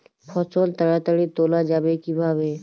ফসল তাড়াতাড়ি তোলা যাবে কিভাবে?